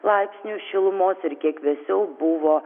laipsnių šilumos ir kiek vėsiau buvo